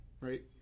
right